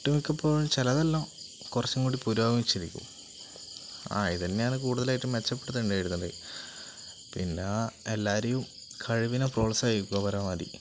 ഒട്ടുമിക്കപ്പോഴും ചിലതെല്ലാം കുറച്ചുംകൂടി പുരോഗമിച്ചിരിക്കും ആ ഇതുതന്നെയാണ് കൂടുതലായിട്ടും മെച്ചപ്പെടുത്തേണ്ടത് പിന്നെ എല്ലാവരുടെയും കഴിവുകളെ പ്രോത്സാഹിപ്പിക്കുക പരമാവധി